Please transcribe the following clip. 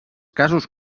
casos